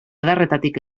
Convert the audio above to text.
adarretatik